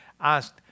asked